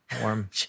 warm